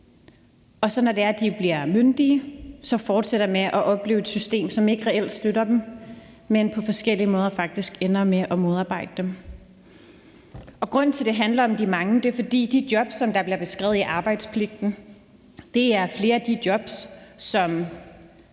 når de bliver myndige fortsætter med at opleve et system, som ikke reelt støtter dem, men som faktisk på forskellige måder ender med at modarbejde dem. Grunden til, at det handler om de mange, er, at de jobs, der bliver beskrevet i forbindelse med arbejdspligten, er flere af de jobs,